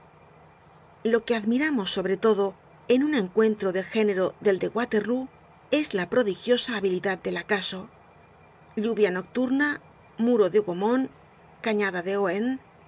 lo que admiramos sobre todo en un encuentro del género del de waterlóo es la prodigiosa habilidad del acaso lluvia nocturna muro de hougomont cañada de